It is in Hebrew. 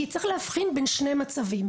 כי צריך להבחין בין שני מצבים.